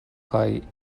kaj